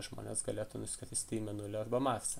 žmonės galėtų nuskristi į mėnulį arba marsą